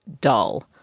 dull